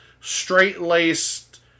straight-laced